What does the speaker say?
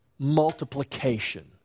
multiplication